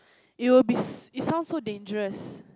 it will be it sounds so dangerous